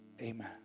amen